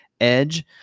edge